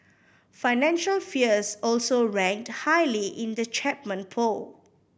financial fears also ranked highly in the Chapman poll